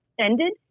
ended